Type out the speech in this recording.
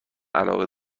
علاقه